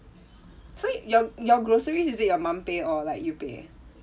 so your your groceries is it your mum pay or like you pay